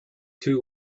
two